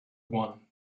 one